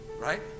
Right